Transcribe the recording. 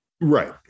right